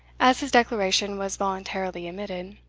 as his declaration was voluntarily emitted.